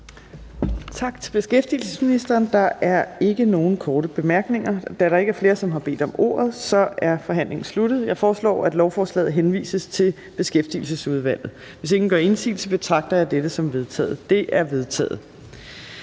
Tak til beskæftigelsesministeren. Der er ikke nogen korte bemærkninger. Da der ikke er flere, som har bedt om ordet, er forhandlingen sluttet. Jeg foreslår, at lovforslaget henvises til Beskæftigelsesudvalget. Hvis ingen gør indsigelse, betragter jeg dette som vedtaget. Det er vedtaget.